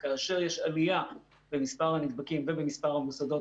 כאשר יש עליה במספר הנדבקים ובמספר המוסדות,